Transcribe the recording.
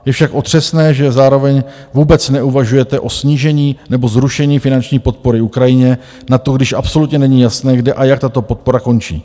Je však otřesné, že zároveň vůbec neuvažujete o snížení nebo zrušení finanční podpory Ukrajině na to, když absolutně není jasné, kde a jak tato podpora končí.